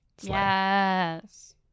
Yes